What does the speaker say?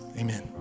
amen